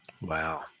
Wow